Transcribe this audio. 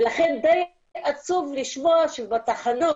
לכן די עצוב לשמוע שבתחנות